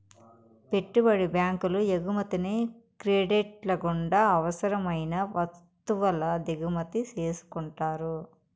పెట్టుబడి బ్యాంకులు ఎగుమతిని క్రెడిట్ల గుండా అవసరం అయిన వత్తువుల దిగుమతి చేసుకుంటారు